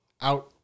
out